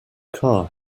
car